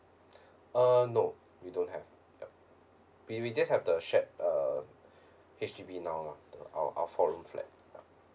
uh no we don't have yup we we just have the shared uh H_D_B now lah our our four room flat ya